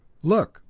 look,